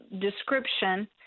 description